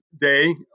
day